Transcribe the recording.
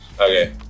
Okay